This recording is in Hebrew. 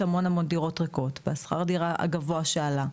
המון המון דירות ריקות והשכר דירה הגבוה שעלה,